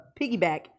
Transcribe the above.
piggyback